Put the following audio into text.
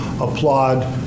applaud